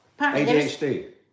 adhd